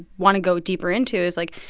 want to go deeper into is, like,